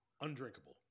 undrinkable